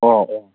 ꯑꯣ ꯑꯣ